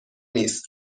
نیست